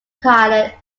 pilot